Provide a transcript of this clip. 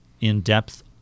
in-depth